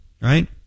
right